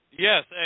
Yes